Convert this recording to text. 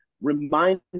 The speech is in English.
Remind